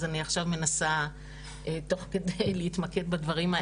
אז אני עכשיו מנסה תוך כדי להתמקד בדברים האלה.